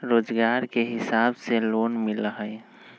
रोजगार के हिसाब से लोन मिलहई?